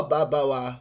Babawa